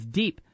deep